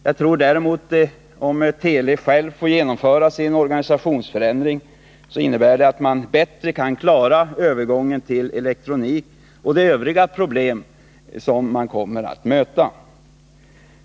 Jag tror däremot att om Teli på egen hand får genomföra sin organisationsförändring, så kommer det att innebära att man bättre kan klara övergången till elektronik och de övriga problem som man kommer att möta.